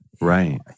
Right